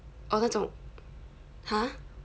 or 那种 !huh!